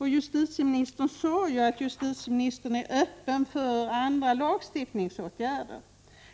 Justitieministern sade att hon var öppen för andra lagstiftningsåtgärder.